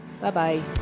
Bye-bye